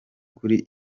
kuri